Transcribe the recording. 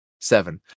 seven